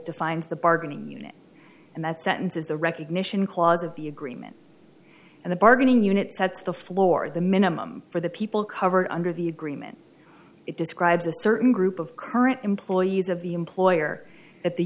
defines the bargaining unit and that sentence is the recognition clause of the agreement and the bargaining unit sets the floor the minimum for the people covered under the agreement it describes a certain group of current employees of the employer at the